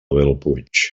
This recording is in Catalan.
bellpuig